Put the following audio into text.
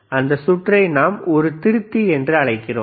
அந்த சுற்றை நாம் ஒரு திருத்தி என்று அழைக்கிறோம்